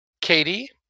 katie